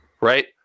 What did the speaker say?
Right